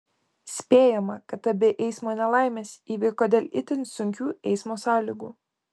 spėjama kad abi eismo nelaimės įvyko dėl itin sunkių eismo sąlygų